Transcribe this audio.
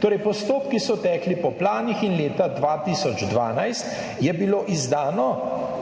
Torej postopki so tekli po planih in leta 2012 je bilo izdano,